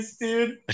dude